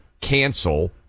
cancel